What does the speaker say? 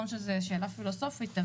זו שאלה פילוסופית,